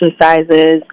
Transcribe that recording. exercises